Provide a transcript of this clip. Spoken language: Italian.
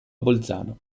bolzano